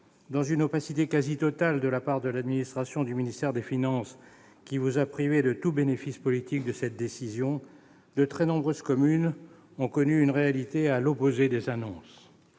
dans une opacité quasi totale de la part de l'administration du ministère des finances, qui vous a privé de tout bénéfice politique de cette décision, de très nombreuses communes ont connu une réalité à l'opposé des annonces.